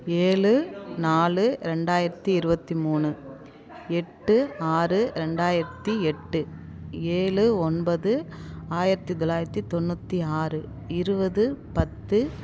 ஏழு நாலு ரெண்டாயிரத்தி இருபத்தி மூணு எட்டு ஆறு ரெண்டாயிரத்தி எட்டு ஏழு ஒன்பது ஆயிரத்தி தொள்ளாயிரத்தி தொண்ணூற்றி ஆறு இருபது பத்து